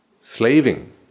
slaving